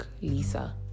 lisa